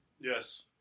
Yes